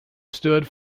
stood